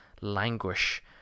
languish